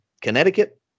Connecticut